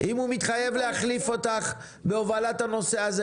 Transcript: אם הוא מתחייב להחליף אותך בהובלת הנושא הזה.